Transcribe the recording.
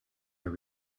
your